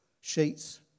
sheets